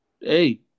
hey